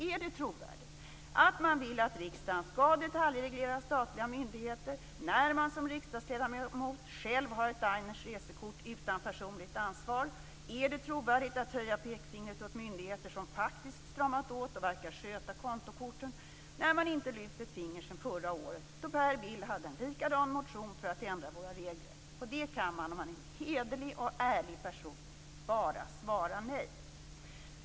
Är det trovärdigt att man vill att riksdagen skall detaljreglera statliga myndigheter, när man som riksdagsledamot själv har ett Diners resekort utan personligt ansvar? Är det trovärdigt att höja pekfingret åt myndigheter som faktiskt stramat åt och verkar sköta kontokorten, när man inte lyft ett finger sedan förra året, då Per Bill hade en likadan motion för att ändra våra regler? På det kan man, om man är en hederlig och ärlig person, bara svara nej.